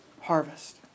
harvest